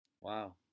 Wow